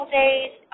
days